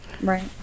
right